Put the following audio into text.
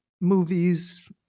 movies